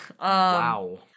Wow